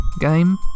game